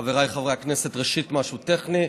חבריי חברי הכנסת, ראשית משהו טכני.